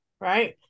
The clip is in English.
Right